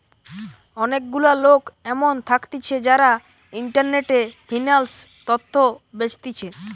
অনেক গুলা লোক এমন থাকতিছে যারা ইন্টারনেটে ফিন্যান্স তথ্য বেচতিছে